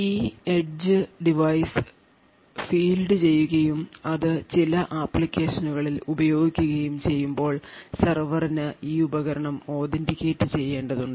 ഈ edge device field ചെയ്യുകയും അത് ചില ആപ്ലിക്കേഷനുകളിൽ ഉപയോഗിക്കുകയും ചെയ്യുമ്പോൾ സെർവറിന് ഈ ഉപകരണം authenticate ചെയ്യേണ്ടതുണ്ട്